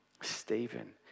Stephen